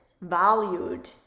valued